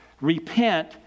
repent